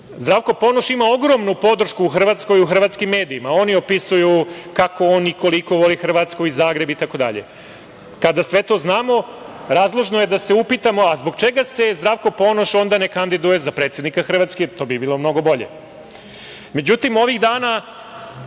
Ponoš ima ogromnu podršku u Hrvatskoj i hrvatskim medijima. Oni opisuju kako on i koliko voli Hrvatsku i Zagreb itd. Kada sve to znamo, razložno je da se upitamo – a zbog čega se Zdravko Ponoš onda ne kandiduje za predsednika Hrvatske, to bi bilo mnogo bolje? Međutim, ovih dana